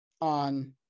on